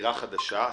לדירה חדשה.